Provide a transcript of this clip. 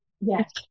yes